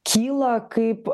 kyla kaip